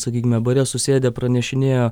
sakykime bare susėdę pranešinėjo